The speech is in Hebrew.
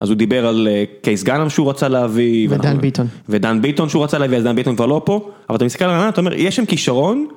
אז הוא דיבר על קייס גנר שהוא רצה להביא ודן ביטון ודן ביטון שהוא רצה להביא אז דן ביטון כבר לא פה אבל אתה מסתכל על העניין אתה אומר יש שם כישרון